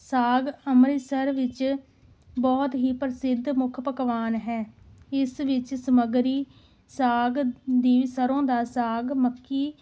ਸਾਗ ਅੰਮ੍ਰਿਤਸਰ ਵਿੱਚ ਬਹੁਤ ਹੀ ਪ੍ਰਸਿੱਧ ਮੁੱਖ ਪਕਵਾਨ ਹੈ ਇਸ ਵਿੱਚ ਸਮੱਗਰੀ ਸਾਗ ਦੀ ਸਰੋਂ ਦਾ ਸਾਗ ਮੱਕੀ